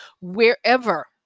wherever